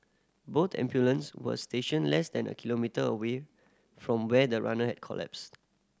both ambulance were stationed less than a kilometre away from where the runner had collapsed